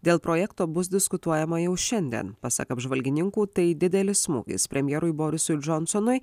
dėl projekto bus diskutuojama jau šiandien pasak apžvalgininkų tai didelis smūgis premjerui borisui džonsonui